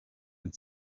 and